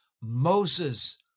Moses